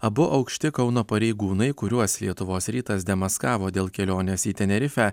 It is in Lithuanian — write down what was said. abu aukšti kauno pareigūnai kuriuos lietuvos rytas demaskavo dėl kelionės į tenerifę